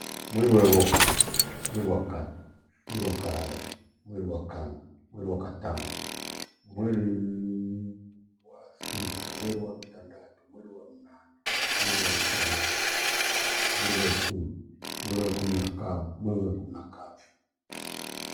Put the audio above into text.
Mwiri wephoka, mwiri wa kavi, mwiri wa kararu, mwiri wa kana, mwiri wa katana, mwiri- i- i wa thita, mwiri wa mtandatu, mwiri wa mnane, mwiri wa kenda, mwiri wa ikumi, mwiri wa ikumi na kamwi, mwiri wa ikumi na kavi.